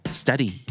study